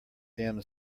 dim